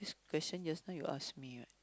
question just now you ask me what